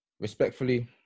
respectfully